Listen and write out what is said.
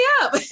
up